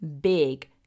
big